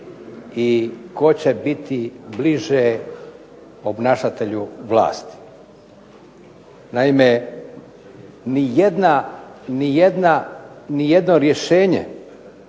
i tko će biti bliže obnašatelju vlasti. Naime, nijedno rješenje